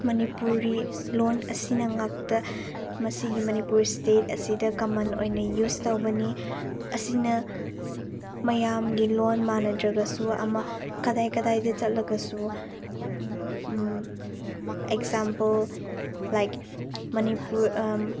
Manipuri loan ꯑꯁꯤꯅ ꯉꯥꯛꯇ ꯃꯁꯤꯒꯤ ꯃꯅꯤꯄꯨꯔ ꯏꯁꯇꯦꯠ ꯑꯁꯤꯗ ꯀꯃꯟ ꯑꯣꯏꯅ ꯌꯨꯁ ꯇꯧꯕꯅꯤ ꯑꯁꯤꯅ ꯃꯌꯥꯝꯒꯤ ꯂꯣꯟ ꯃꯥꯅꯗ꯭ꯔꯒꯁꯨ ꯑꯃ ꯀꯗꯥꯏ ꯀꯗꯥꯏꯗ ꯆꯠꯂꯒꯁꯨ ꯑꯦꯛꯖꯥꯝꯄꯜ ꯂꯥꯏꯛ ꯃꯅꯤꯄꯨꯔ